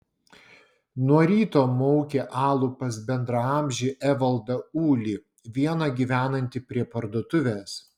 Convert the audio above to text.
nuo ryto maukė alų pas bendraamžį evaldą ulį vieną gyvenantį prie parduotuvės